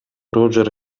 рожер